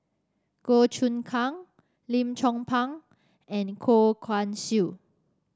Goh Choon Kang Lim Chong Pang and Goh Guan Siew